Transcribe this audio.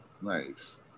Nice